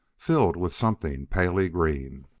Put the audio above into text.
filled with something palely green.